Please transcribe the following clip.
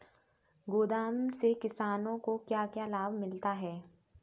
गोदाम से किसानों को क्या क्या लाभ मिलता है?